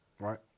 Right